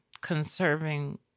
conserving